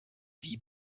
wie